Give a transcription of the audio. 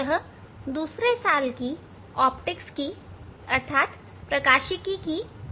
यह दूसरे साल की ऑप्टिक्स की प्रयोगशाला है